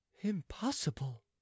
Impossible